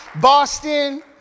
Boston